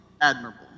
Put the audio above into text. admirable